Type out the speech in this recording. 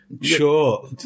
Sure